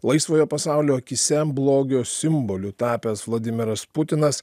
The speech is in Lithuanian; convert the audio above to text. laisvojo pasaulio akyse blogio simboliu tapęs vladimiras putinas